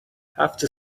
هفت